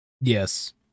Yes